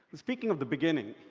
speaking of the beginning,